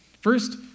First